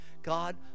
God